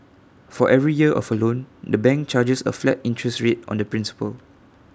for every year of loan the bank charges A flat interest rate on the principal